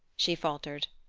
she faltered.